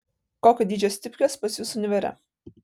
kokio dydžio stipkės pas jus univere